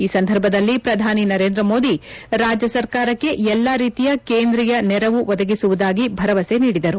ಈ ಸಂದರ್ಭದಲ್ಲಿ ಪ್ರಧಾನಿ ನರೇಂದ್ರಮೋದಿ ರಾಜ್ಯ ಸರ್ಕಾರಕ್ಷೆ ಎಲ್ಲಾ ರೀತಿಯ ಕೇಂದ್ರಿಯ ನೆರವು ಒದಗಿಸುವುದಾಗಿ ಭರವಸೆ ನೀಡಿದರು